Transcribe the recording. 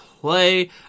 play